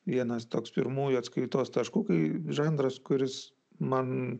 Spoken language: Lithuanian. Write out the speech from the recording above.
vienas toks pirmųjų atskaitos taškų kai žanras kuris man